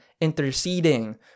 interceding